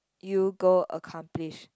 you go accomplish